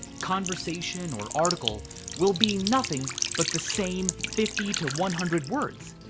conversation or article will be nothing but the same fifty to one hundred words.